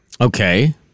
Okay